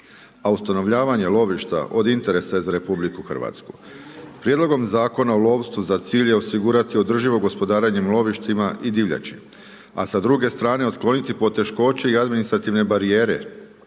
A ustanovljavanje lovišta, od interesa je za RH. Prijedlogom Zakona o lovstvu, za cilj je osigurati održivo gospodarenje lovištima i divljači. A sa druge strane otkloniti poteškoće i administrativne barijere,